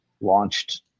launched